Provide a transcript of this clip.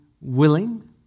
willing